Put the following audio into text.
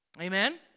Amen